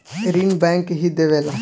ऋण बैंक ही देवेला